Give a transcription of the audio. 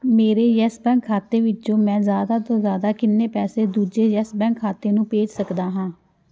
ਮੇਰੇ Yes Bank ਖਾਤੇ ਵਿੱਚੋਂ ਮੈਂ ਜ਼ਿਆਦਾ ਤੋਂ ਜ਼ਿਆਦਾ ਕਿੰਨੇ ਪੈਸੇ ਦੂਜੇ ਯੈੱਸ ਬੈਂਕ ਖਾਤੇ ਨੂੰ ਭੇਜ ਸਕਦਾ ਹਾਂ